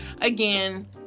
Again